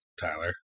Tyler